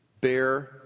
Bear